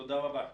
תודה רבה.